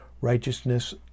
righteousness